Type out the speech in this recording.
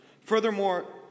Furthermore